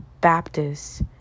Baptists